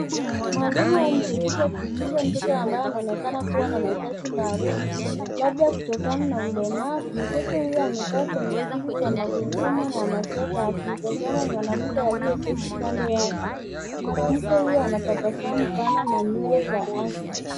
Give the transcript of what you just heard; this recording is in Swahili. Mwalimu au msaidizi akimfunza mtoto ambaye kua na mahitaji maalum labda kutokana na ulemavu, mtoto huyu amekaa kwenye kiti cha magurudumu na anacheka akimtazama mwanamke aliyeketi kando yake mwanamke huyu anatabasamu sana na nywele za asi.